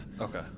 Okay